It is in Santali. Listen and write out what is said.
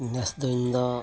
ᱱᱮᱥ ᱫᱚ ᱤᱧ ᱫᱚ